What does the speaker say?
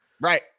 Right